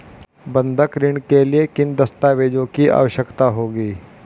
बंधक ऋण के लिए किन दस्तावेज़ों की आवश्यकता होगी?